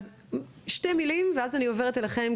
אז שתי מילים ואז אני עוברת אליהם,